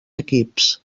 equips